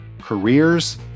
Careers